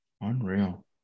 Unreal